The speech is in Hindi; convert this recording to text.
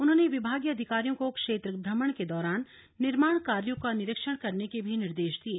उन्होंने विभागीय अधिकारियों को क्षेत्र भ्रमण के दौरान निर्माण कार्यो का निरीक्षण करने के भी निर्देश दिये